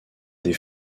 des